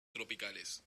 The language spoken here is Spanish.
tropicales